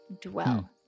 Dwell